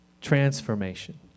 transformation